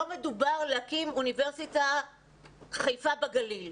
לא מדובר על הקמת אוניברסיטת חיפה בגליל.